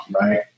right